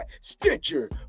Stitcher